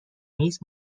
نیست